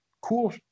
cool